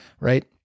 right